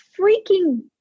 freaking